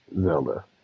Zelda